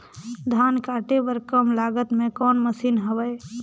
धान काटे बर कम लागत मे कौन मशीन हवय?